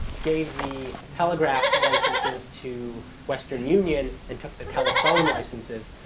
gave the telegraph and licenses to western union and took the telephone licenses.